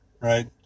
right